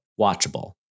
watchable